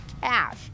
cash